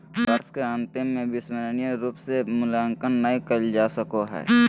वर्ष के अन्तिम में विश्वसनीय रूप से मूल्यांकन नैय कइल जा सको हइ